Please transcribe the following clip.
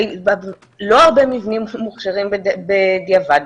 לא הרבה מבנים מוכשרים בדיעבד.